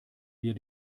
wir